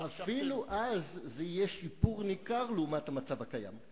ואפילו אז זה יהיה שיפור ניכר לעומת המצב הקיים.